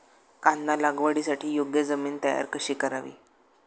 कांदा लागवडीसाठी योग्य जमीन तयार कशी करावी?